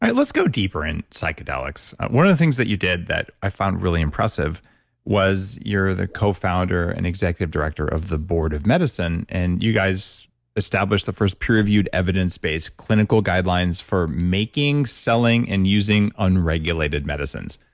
let's go deeper in psychedelics. one of the things that you did that i found really impressive was you're the co-founder and executive director of the board of medicine. and you guys established the first peer reviewed evidence based clinical guidelines for making, selling, and using unregulated medicines.